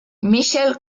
michel